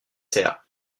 sert